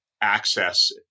access